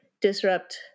disrupt